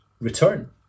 return